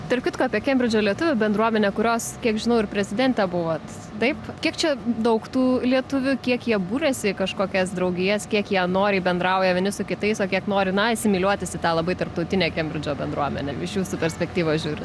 tarp kitko apie kembridžo lietuvių bendruomenę kurios kiek žinau ir prezidente buvot taip kiek čia daug tų lietuvių kiek jie buriasi į kažkokias draugijas kiek jie noriai bendrauja vieni su kitais o kiek nori na asimiliuotis į tą labai tarptautinę kembridžo bendruomenę iš jūsų perspektyvos žiūrint